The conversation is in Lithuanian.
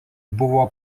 buvo